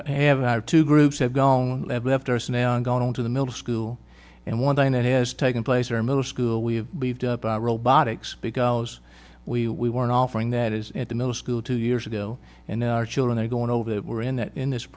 we have two groups have gone left arsenal and gone to the middle school and one thing that has taken place are miller school we've beefed up our robotics because we weren't offering that is at the middle school two years ago and now our children are going over that we're in that in this